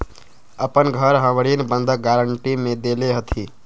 अपन घर हम ऋण बंधक गरान्टी में देले हती